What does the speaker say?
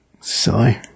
Silly